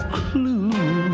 clue